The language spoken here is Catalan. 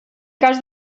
cas